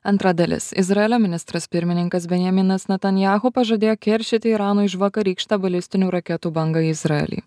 antra dalis izraelio ministras pirmininkas benjaminas netanyahu pažadėjo keršyti iranui už vakarykštę balistinių raketų bangą į izraelį